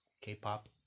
K-pop